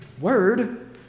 word